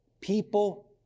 People